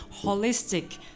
holistic